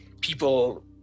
people